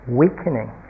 weakening